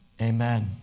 Amen